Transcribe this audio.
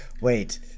Wait